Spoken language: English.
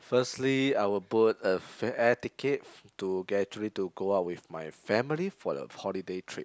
firstly I will book a fer~ air ticket to get ready to go out with my family for the holiday trip